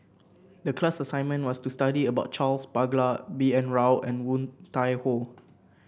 the class assignment was to study about Charles Paglar B N Rao and Woon Tai Ho